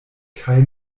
kaj